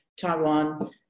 Taiwan